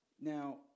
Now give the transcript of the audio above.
now